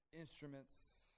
instruments